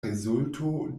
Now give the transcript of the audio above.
rezulto